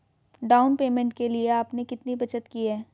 Down payment के लिए आपने कितनी बचत की है?